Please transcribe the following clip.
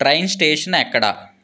train station ఎక్కడ